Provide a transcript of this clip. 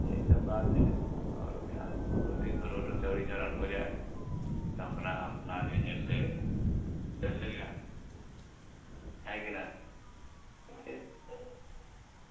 यही सब बात है और क्या रोडी को रोड चौड़ीचरन हो जाए तो अपना अपना जो है ऐसे चल देगा है कि नहीं